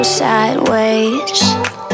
sideways